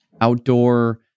outdoor